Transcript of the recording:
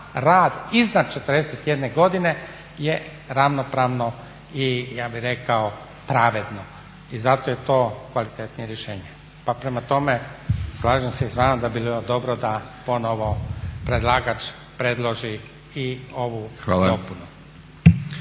rad iznad 41 godine je ravnopravno i ja bi rekao pravedno. I zato je to kvalitetnije rješenje. Pa prema tome slažem se i s vama da bi bilo dobro da ponovno predlagač predloži i ovu dopunu.